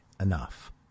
enough